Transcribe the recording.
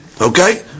Okay